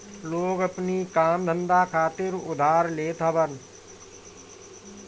लोग अपनी काम धंधा खातिर उधार लेत हवन